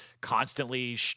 constantly